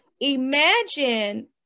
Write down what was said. imagine